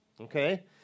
Okay